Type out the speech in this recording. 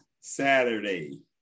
Saturday